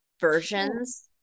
versions